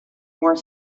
more